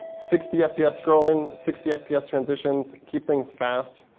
sixty fps scrolling, sixty fps transitions, keep things fast,